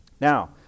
Now